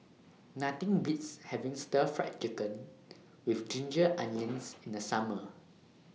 Nothing Beats having Stir Fry Chicken with Ginger Onions in The Summer